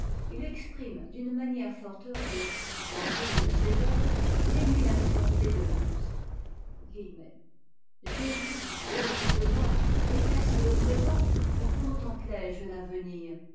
i exprime d'une manière fort heureuse dans une de ses odes l'émulation des deux muses j'ai vu oh dites-moi était-ce le présent ou contemplais je l'avenir